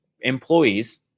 employees